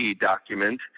document